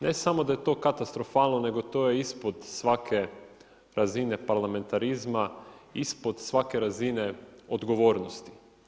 Ne samo da je to katastrofalno nego je to ispod svake razine parlamentarizma, ispod svake razine odgovornosti.